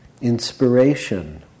inspiration